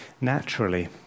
naturally